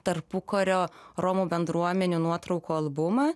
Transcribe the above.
tarpukario romų bendruomenių nuotraukų albumą